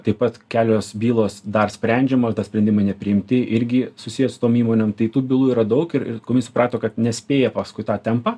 taip pat kelios bylos dar sprendžiamos dar sprendimai nepriimti irgi susiję su tom įmonėm tai tų bylų yra daug ir ir suprato kad nespėja paskui tą tempą